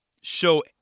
show